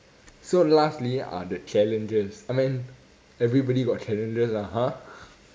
so lastly ah the challenges I mean everybody got challenges lah ha